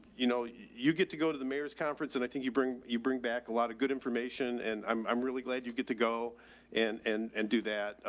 you know, you get to go to the mayor's conference and i think you bring, you bring back a lot of good information and i'm i'm really glad you get to go and and and do that.